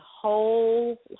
whole